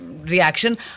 reaction